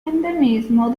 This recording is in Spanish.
endemismo